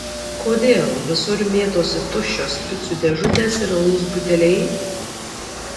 kodėl visur mėtosi tuščios picų dėžutės ir alaus buteliai